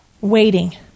Waiting